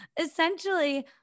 essentially